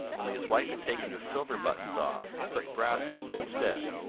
only his wife had taken the silver buttons off and put brass ones instead,